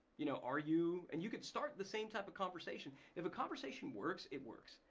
you know are you, and you can start the same type of conversation. if a conversation works, it works.